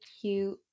cute